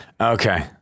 Okay